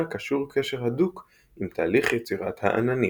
קשור קשר הדוק עם תהליך יצירת העננים.